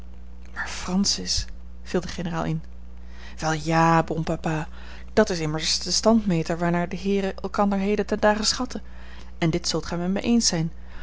maar francis viel de generaal in wel ja bon papa dat is immers de standmeter waarnaar de heeren elkander heden ten dage schatten en dit zult gij met mij eens zijn